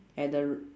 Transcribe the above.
at the